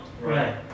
Right